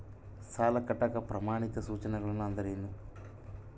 ಸಾಲ ಕಟ್ಟಾಕ ಪ್ರಮಾಣಿತ ಸೂಚನೆಗಳು ಅಂದರೇನು?